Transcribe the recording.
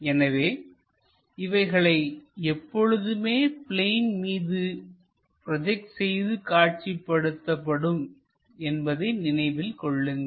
எனவே இவைகளை எப்பொழுதுமே பிளேன் மீது ப்ரோஜெக்ட் செய்து காட்சிப்படுத்தப்படும் என்பதை நினைவில் கொள்ளுங்கள்